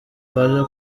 baje